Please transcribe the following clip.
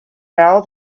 now